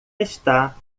está